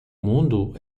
mundo